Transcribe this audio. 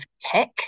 tech